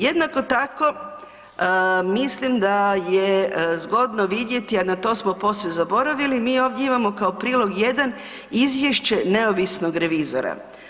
Jednako tako, mislim da je zgodno vidjeti, a na to smo posve zaboravili, mi ovdje imamo kao prilog 1. Izvješće neovisnog revizora.